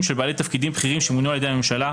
של בעלי תפקידים בכירים שמונו על-ידי הממשלה,